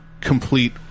complete